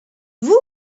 vous